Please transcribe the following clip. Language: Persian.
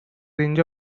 اینجا